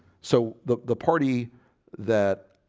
so the the party that